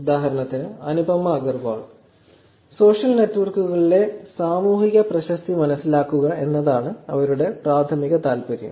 ഉദാഹരണത്തിന് അനുപമ അഗർവാൾ സോഷ്യൽ നെറ്റ്വർക്കുകളിലെ സാമൂഹിക പ്രശസ്തി മനസ്സിലാക്കുക എന്നതാണ് അവരുടെ പ്രാഥമിക താൽപ്പര്യം